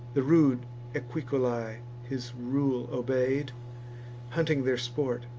the rude equicolae his rule obey'd hunting their sport,